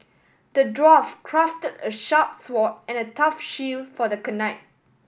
the dwarf crafted a sharp sword and a tough shield for the knight